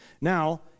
now